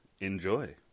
enjoy